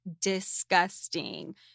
Disgusting